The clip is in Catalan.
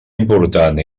important